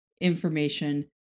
information